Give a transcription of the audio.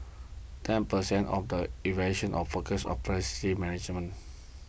and ten percent of the evaluation of focus on management